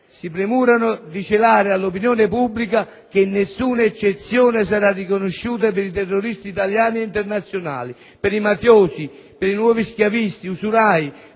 si premurano di celare all'opinione pubblica che nessuna eccezione sarà riconosciuta per i terroristi italiani e internazionali, per i mafiosi, per i nuovi schiavisti, per